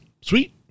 Sweet